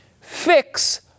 Fix